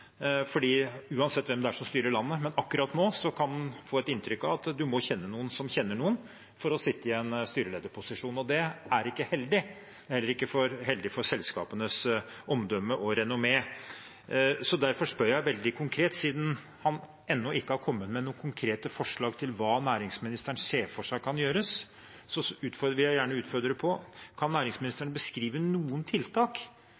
uansett hvem det er som styrer landet. Men akkurat nå kan man få inntrykk av at man må kjenne noen som kjenner noen, for å sitte i en styrelederposisjon. Og det er ikke heldig – heller ikke for selskapenes omdømme og renommé. Derfor spør jeg veldig konkret, siden næringsministeren ennå ikke har kommet med konkrete forslag til hva han ser for seg kan gjøres, og jeg utfordrer ham på: Kan næringsministeren beskrive noen tiltak